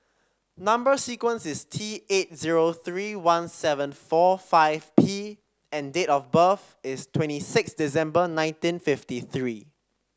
number sequence is T eight zero three one seven four five P and date of birth is twenty six December nineteen fifty three